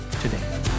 today